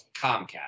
Comcast